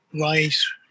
rice